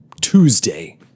Tuesday